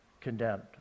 condemned